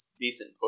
decent